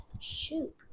Shoot